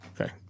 Okay